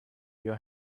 your